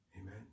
Amen